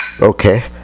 okay